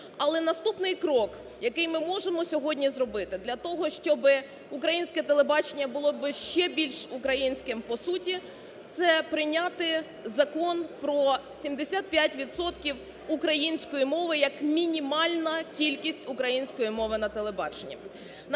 Але наступний крок, який ми можемо сьогодні зробити для того, щоб українське телебачення було би ще більш українським по суті, це прийняти закон про 75 відсотків української мови як мінімальна кількість української мови на телебаченні.